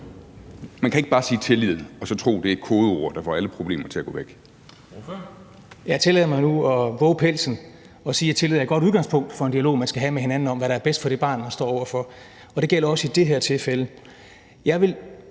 Formanden (Henrik Dam Kristensen): Ordføreren. Kl. 10:57 Henrik Vinther (RV): Jeg tillader mig nu at vove pelsen og sige, at tillid er et godt udgangspunkt for den dialog, man skal have med hinanden om, hvad der er bedst for det barn, man står over for, og det gælder også i det her tilfælde. Jeg vil